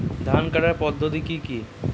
ধান কাটার পদ্ধতি কি কি?